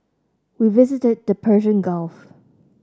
we visited the Persian Gulf